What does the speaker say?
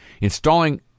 installing